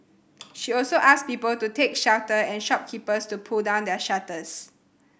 she also asked people to take shelter and shopkeepers to pull down their shutters